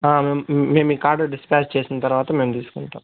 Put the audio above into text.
అవును మేము మీకు ఆర్డర్ డిస్పాచ్ చేసిన తరవాత మేము తీసుకుంటాము